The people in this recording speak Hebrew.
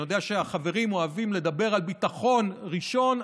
אני יודע שהחברים אוהבים לדבר על ביטחון ראשון,